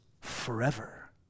forever